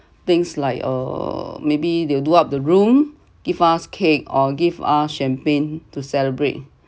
things like err maybe they'll do up the room give us cake or give us champagne to celebrate